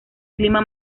clima